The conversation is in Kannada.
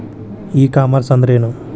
ಇ ಕಾಮರ್ಸ್ ಅಂದ್ರೇನು?